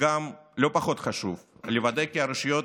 לא פחות חשוב, לוודא כי הרשויות